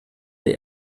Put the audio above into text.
der